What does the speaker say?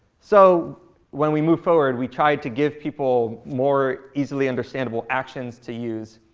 so when we moved forward, we tried to give people more easily understandable actions to use.